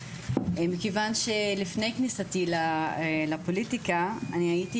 מכיוון שלפני כניסתי לפוליטיקה הייתי